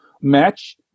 match